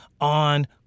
on